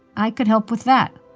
i could help with that